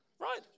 Right